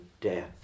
death